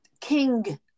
King